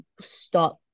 stop